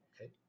okay